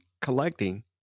collecting